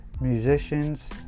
Musicians